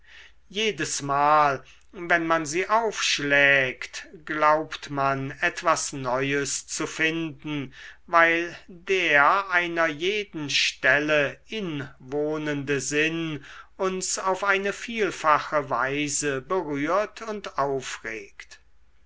jedesmal wenn man sie aufschlägt glaubt man etwas neues zu finden weil der einer jeden stelle inwohnende sinn uns auf eine vielfache weise berührt und aufregt